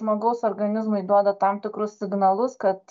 žmogaus organizmui duoda tam tikrus signalus kad